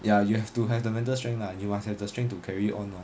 ya you have to have the mental strength lah you must have the strength to carry on lor